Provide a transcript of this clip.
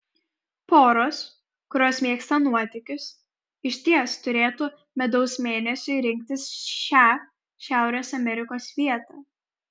poros kurios mėgsta nuotykius išties turėtų medaus mėnesiui rinktis šią šiaurės amerikos vietą